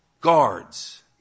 guards